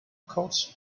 courts